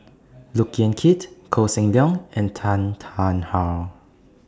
Look Yan Kit Koh Seng Leong and Tan Tarn How